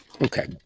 Okay